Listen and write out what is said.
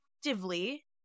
actively